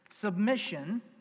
...submission